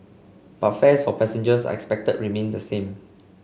but fares for passengers are expected to remain the same